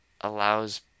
allows